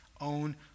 own